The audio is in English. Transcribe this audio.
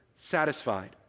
satisfied